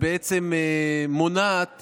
ובעצם מונע יכולת